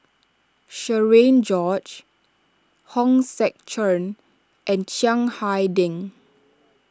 Cherian George Hong Sek Chern and Chiang Hai Ding